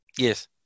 Yes